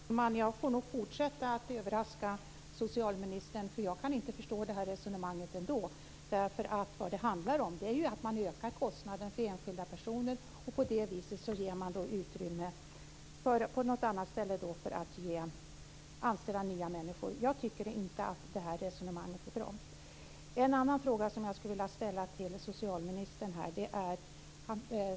Herr talman! Jag får nog fortsätta att överraska socialministern eftersom jag ändå inte kan förstå det här resonemanget. Det handlar ju om att man ökar kostnaderna för enskilda personer. På det viset ger man utrymme för att anställa nya människor på något annat ställe. Jag tycker inte att det här resonemanget är bra. Det finns en annan fråga som jag skulle vilja ställa till socialministern.